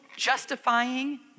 justifying